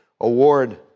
award